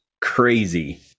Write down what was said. crazy